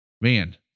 man